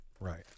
Right